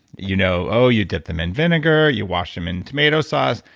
you know oh you dip them in vinegar, you wash them in tomato sauce,